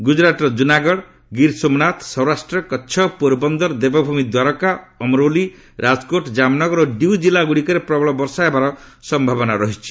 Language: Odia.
ଗୁଜରାଟର ଜୁନାଗଡ଼ ଗିର୍ସୋମନାଥ ସୌରାଷ୍ଟ୍ର କଚ୍ଛ ପୋର ବନ୍ଦର ଦେବଭୂମି ଦ୍ୱାରକା ଅମରୋଲି ରାଜକୋଟ୍ ଜାମ୍ନଗର ଓ ଡିଉ ଜିଲ୍ଲା ଗୁଡ଼ିକରେ ପ୍ରବଳ ବର୍ଷା ହେବାର ସମ୍ଭାବନା ରହିଛି